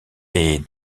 est